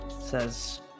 Says